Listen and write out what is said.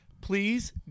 please